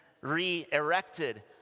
re-erected